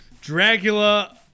Dracula